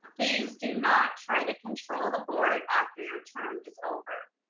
please do not try to control the board after your term is over.